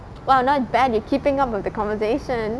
!wow! not bad you keeping up with the conversation